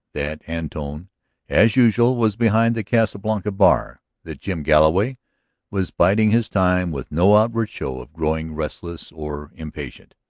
that antone, as usual, was behind the casa blanca bar that jim galloway was biding his time with no outward show of growing restless or impatient.